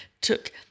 took